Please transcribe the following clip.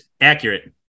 Accurate